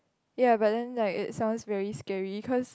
ya but then like it sounds very scary cause